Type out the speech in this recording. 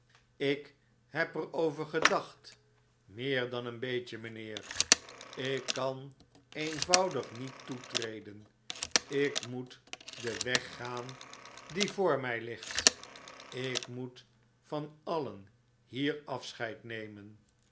ik heb er over gedacht meer dan een beetje mijnheer ik kan eenvoudig niet toetreden ik moet den weg gaan die voor mij ligt ik moet van alien hier afscheid nemen